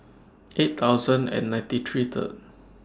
eight thousand and ninety three Third